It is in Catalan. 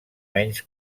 menys